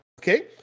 Okay